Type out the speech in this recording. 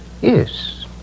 Yes